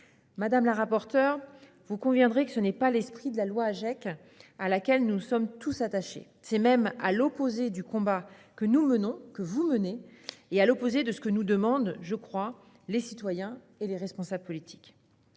Madame la rapporteure, vous conviendrez que ce n'est pas l'esprit de la loi Agec, à laquelle nous sommes tous attachés. C'est même à l'opposé du combat que nous menons et que vous menez aussi, et à l'opposé de ce que nous demandent les citoyens et les responsables politiques.